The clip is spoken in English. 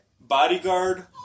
Bodyguard